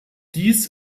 dies